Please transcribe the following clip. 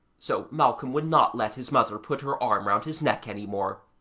so malcolm would not let his mother put her arm round his neck any more.